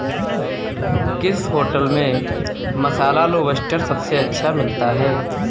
किस होटल में मसाला लोबस्टर सबसे अच्छा मिलता है?